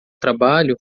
trabalho